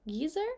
Geyser